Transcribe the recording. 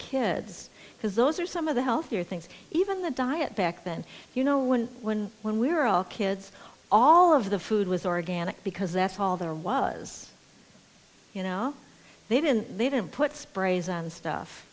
kids because those are some of the healthier things even the diet back then you know when when when we were all kids all of the food was organic because that's all there was you know they didn't they didn't put sprays and stuff